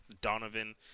Donovan